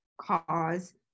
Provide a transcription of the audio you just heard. cause